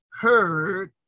heard